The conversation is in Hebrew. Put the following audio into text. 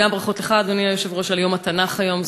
ברכות גם לך, אדוני היושב-ראש, על יום התנ"ך היום.